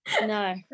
No